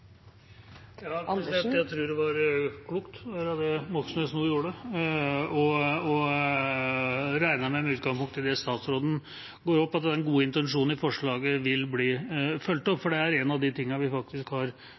Jeg tror det var klokt, det representanten Moxnes nå gjorde. Jeg regner med, med utgangspunkt i det statsråden sa, at den gode intensjonen i forslaget vil bli fulgt opp. For det er en av de tingene vi faktisk har sett veldig tydelig gjennom høringen og de innspillene vi har